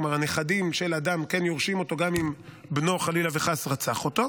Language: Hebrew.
כלומר הנכדים של אדם כן יורשים אותו גם אם בנו רצח אותו,